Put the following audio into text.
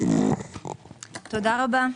תודה רבה.